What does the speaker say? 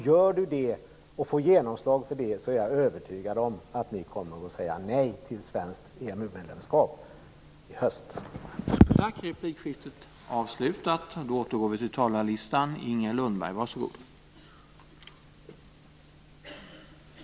Gör han det, och får genomslag för det, är jag övertygad om att Socialdemokraterna kommer att säga nej till ett svenskt EMU-medlemskap i höst.